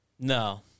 No